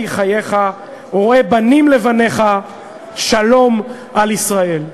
חייך וראה בנים לבניך שלום על ישראל'.